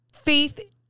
faith